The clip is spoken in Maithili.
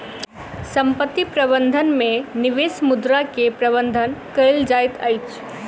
संपत्ति प्रबंधन में निवेश मुद्रा के प्रबंधन कएल जाइत अछि